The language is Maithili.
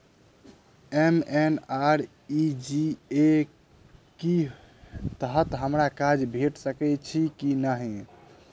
एम.एन.आर.ई.जी.ए कऽ तहत हमरा काज भेट सकय छई की नहि?